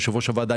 יושב-ראש הוועדה,